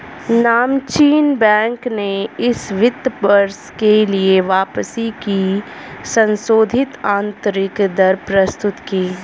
नामचीन बैंक ने इस वित्त वर्ष के लिए वापसी की संशोधित आंतरिक दर प्रस्तुत की